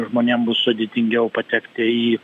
žmonėm bus sudėtingiau patekti į